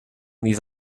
these